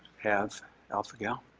have alpha-gal?